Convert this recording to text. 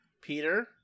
Peter